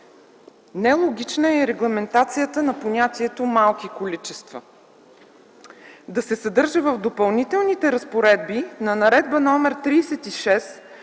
е логично и регламентацията на понятието „малки количества”, да се съдържа в Допълнителните разпоредби на Наредба № 36